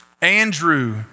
Andrew